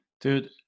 Dude